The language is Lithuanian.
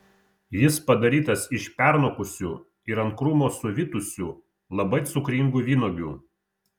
jis padarytas iš pernokusių ir ant krūmo suvytusių labai cukringų vynuogių